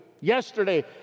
Yesterday